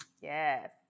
Yes